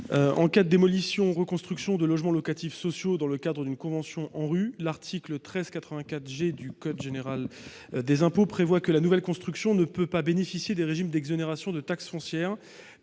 En cas de démolition-reconstruction de logements locatifs sociaux dans le cadre d'une convention ANRU, l'article 1384 G du code général des impôts prévoit que la nouvelle construction ne peut pas bénéficier du régime d'exonération de taxe foncière